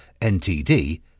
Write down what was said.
NTD